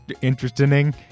interesting